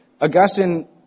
Augustine